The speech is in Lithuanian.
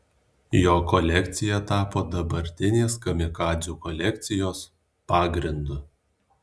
jo kolekcija tapo dabartinės kamikadzių kolekcijos pagrindu